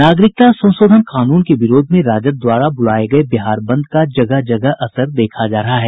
नागरिकता संशोधन कानून के विरोध में राजद द्वारा बुलाये गये बिहार बंद का जगह जगह असर देखा जा रहा है